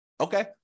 Okay